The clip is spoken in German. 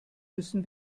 müssen